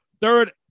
Third